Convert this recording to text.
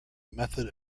method